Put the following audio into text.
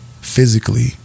Physically